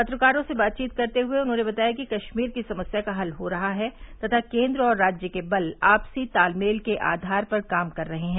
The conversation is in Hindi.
पत्रकारों से बातचीत करते हुए उन्होंने बताया कि कश्मीर की समस्या का हल हो रहा है तथा केन्द्र और राज्य के बल आपसी तालमेल के आधार पर काम कर रहे हैं